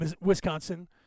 Wisconsin